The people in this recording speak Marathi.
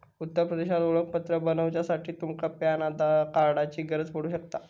उत्तर प्रदेशचा ओळखपत्र बनवच्यासाठी तुमच्या पॅन कार्डाची गरज पडू शकता